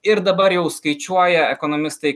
ir dabar jau skaičiuoja ekonomistai